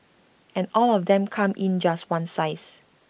and all of them come in just one size